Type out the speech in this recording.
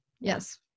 Yes